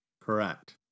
Correct